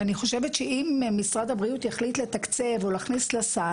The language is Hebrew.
אתה יודע איך אתה נכנס,